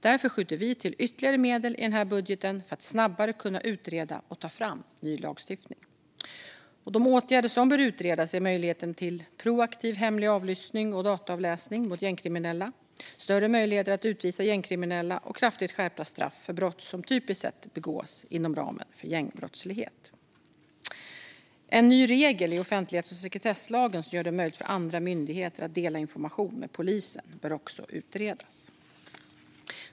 Därför skjuter vi till ytterligare medel i budgeten för att snabbare kunna utreda och ta fram ny lagstiftning. De åtgärder som bör utredas är möjligheten till proaktiv hemlig avlyssning och dataavläsning mot gängkriminella, större möjligheter att utvisa gängkriminella och kraftigt skärpta straff för brott som typiskt sett begås inom ramen för gängbrottslighet. En ny regel i offentlighets och sekretesslagen, som gör det möjligt för andra myndigheter att dela information med polisen, bör också utredas.